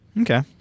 Okay